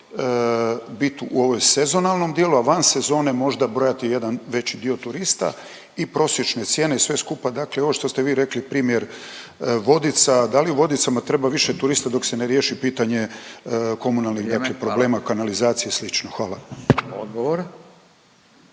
biti u ovom sezonalnom dijelu, a van sezone možda brojati jedan veći dio turista i prosječne cijene i sve skupa, dakle ovo što ste vi rekli primjer Vodica, da li Vodicama treba više turista dok se ne riješi pitanje komunalnih …/Upadica Radin: Vrijeme, hvala./…